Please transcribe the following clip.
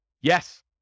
Yes